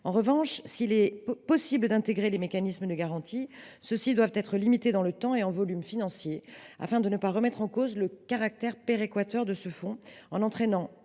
En revanche, s’il est possible d’intégrer des mécanismes de garantie, ceux ci doivent être limités dans le temps et en volume financier, afin de ne pas remettre en cause le caractère péréquateur du fonds en entraînant